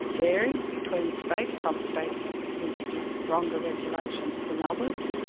varied between states. some states introduced stronger regulations than others.